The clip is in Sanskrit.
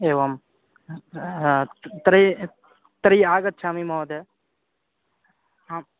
एवं तर्हि तर्हि आगच्छामि महोदयः आम्